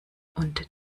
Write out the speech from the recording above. und